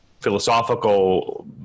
philosophical